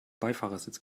beifahrersitz